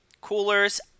Coolers